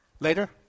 Later